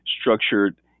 structured